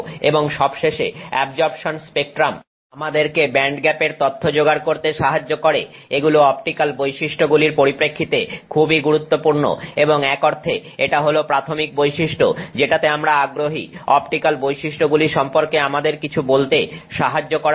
এবং সবশেষে absorption spectrum আমাদেরকে ব্যান্ডগ্যাপের তথ্য জোগাড় করতে সাহায্য করে এগুলো অপটিক্যাল বৈশিষ্ট্যগুলির পরিপ্রেক্ষিতে খুবই গুরুত্বপূর্ণ এবং এক অর্থে এটা হল প্রাথমিক বৈশিষ্ট্য যেটাতে আমরা আগ্রহী অপটিক্যাল বৈশিষ্ট্যগুলি সম্পর্কে আমাদের কিছু বলতে সাহায্য করার জন্য